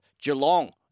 Geelong